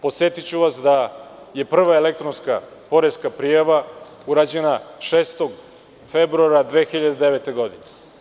Podsetiću vas da je prva elektronska poreska prijava urađena 6. februara 2009. godine.